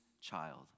child